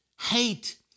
hate